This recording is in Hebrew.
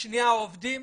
שני העובדים,